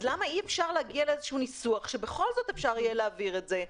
אז למה אי אפשר להגיע לאיזשהו ניסוח שבכל זאת אפשר יהיה להעביר את זה?